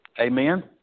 Amen